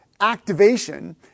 activation